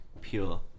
pure